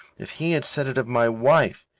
if he had said it of my wife,